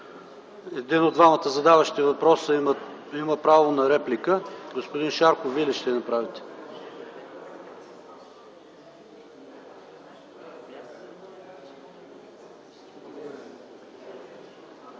Един от двамата задаващи въпроса има право на реплика. Господин Шарков, Вие ли ще я направите?